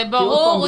זה ברור.